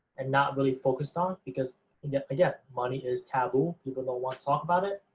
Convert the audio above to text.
and not really focused on because yeah, again, money is taboo, people don't want to talk about it,